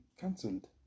cancelled